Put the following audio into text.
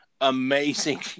amazing